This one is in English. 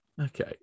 Okay